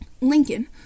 Lincoln